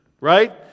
right